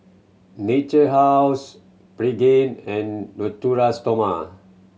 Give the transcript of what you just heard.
Natura House Pregain and Natura Stoma